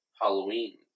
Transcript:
Halloween